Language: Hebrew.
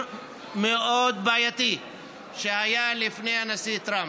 מאוד בעייתי שהיה לפני הנשיא טראמפ.